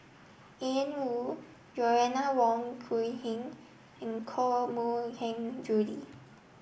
Ian Woo Joanna Wong Quee Heng and Koh Mui Hiang Julie